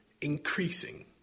increasing